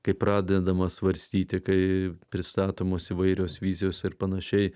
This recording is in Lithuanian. kai pradedama svarstyti kai pristatomos įvairios vizijos ir panašiai